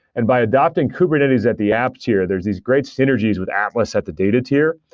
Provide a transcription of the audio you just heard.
and by adapting kubernetes at the apps tier, there's these great synergies with atlas at the data tier,